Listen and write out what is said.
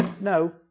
no